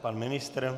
Pan ministr?